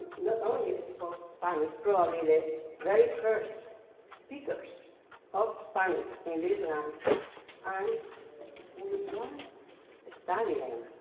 not only spoke spanish, probably the very first speakers of spanish in this land and we don't study them.